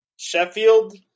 Sheffield